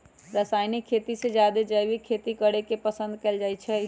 रासायनिक खेती से जादे जैविक खेती करे के पसंद कएल जाई छई